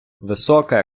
висока